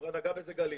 הכל בסדר.